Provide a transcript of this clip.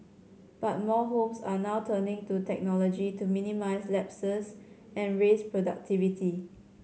but more homes are now turning to technology to minimise lapses and raise productivity